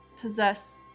possess